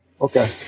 okay